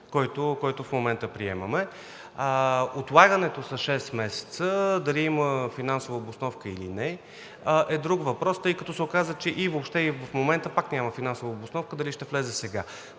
който в момента приемаме. Отлагането с шест месеца, дали има финансова обосновка или не, е друг въпрос, тъй като се оказа, че и въобще, и в момента пак няма финансова обосновка дали ще влезе сега.